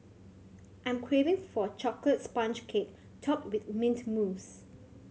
I'm craving for a chocolate sponge cake topped with mint mousse